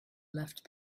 left